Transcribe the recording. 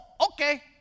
okay